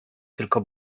tylko